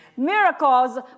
Miracles